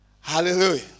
Hallelujah